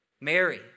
Mary